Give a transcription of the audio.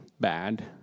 bad